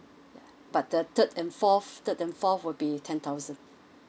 but the third and fourth third and fourth will be ten thousand